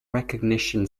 recognition